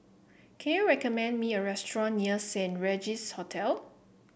can you recommend me a restaurant near Saint Regis Hotel